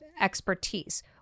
expertise